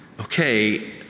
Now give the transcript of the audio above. okay